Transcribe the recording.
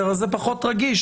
זה פחות רגיש,